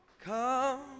Come